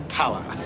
power